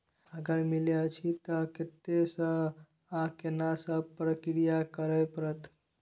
अगर मिलय अछि त कत्ते स आ केना सब प्रक्रिया करय परत?